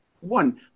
one